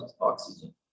oxygen